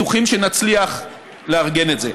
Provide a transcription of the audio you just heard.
אנחנו בטוחים שנצליח לארגן את זה.